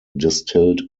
distilled